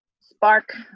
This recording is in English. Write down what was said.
Spark